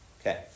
Okay